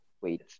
wait